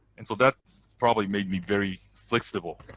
and so that's probably made me very flexible